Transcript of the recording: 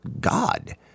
God